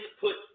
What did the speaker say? put